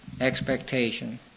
expectation